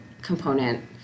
component